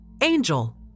Angel